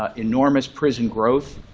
ah enormous prison growth.